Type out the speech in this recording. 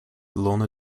lorna